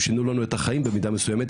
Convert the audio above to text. הם שינו לנו את החיים במידה מסוימת,